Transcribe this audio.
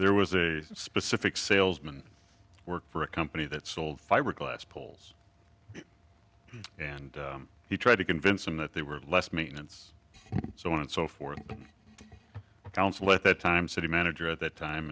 there was a specific salesman work for a company that sold fiberglass poles and he tried to convince them that they were less maintenance so on and so forth council at that time city manager at that time